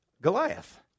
Goliath